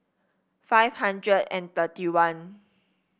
five hundred and thirty one